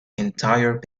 entire